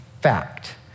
fact